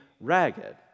ragged